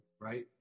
right